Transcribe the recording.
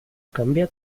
cambia